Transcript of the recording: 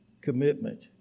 commitment